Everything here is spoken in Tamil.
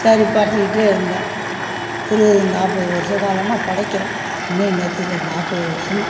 சரி படைச்சுகிட்டே இருந்தோம் இருபது நாற்பது வருஷகாலமாக படைக்கிறோம் இன்றைக்கு நேற்று இல்லை நாற்பது வருஷமாக